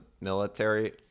military